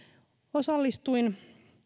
osallistuin